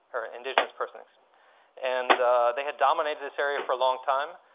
or indigenous person. and they had dominated this area for a long time.